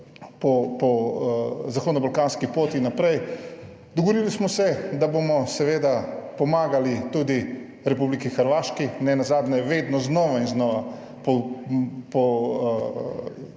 po zahodno balkanski poti naprej. Dogovorili smo se, da bomo seveda pomagali tudi Republiki Hrvaški, nenazadnje, vedno znova in znova po